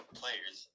players